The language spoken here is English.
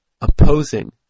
opposing